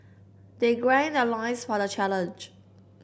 they greed their loins for the challenge